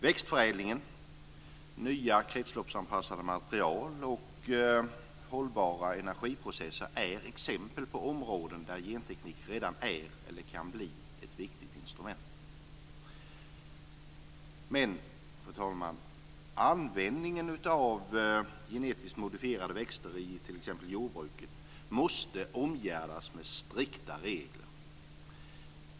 Växtförädling, nya kretsloppsanpassade material och hållbara energiprocesser är exempel på områden där genteknik redan är, eller kan bli, ett viktigt instrument. Men, fru talman, användningen av genetiskt modifierade växter i t.ex. jordbruket måste omgärdas med strikta regler.